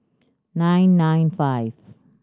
nine nine five